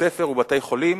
בבתי-ספר ובתי-חולים,